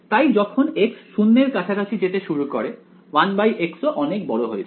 তাই যখন x শূন্যের কাছাকাছি যেতে শুরু করে 1x ও অনেক বড় হয়ে যায়